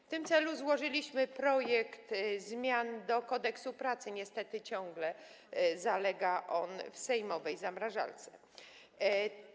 W tym celu złożyliśmy projekt zmian do Kodeksu pracy, niestety ciągle zalega on w sejmowej zamrażalce.